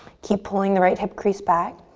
keep pulling the right hip crease back.